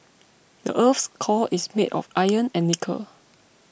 the earth's core is made of iron and nickel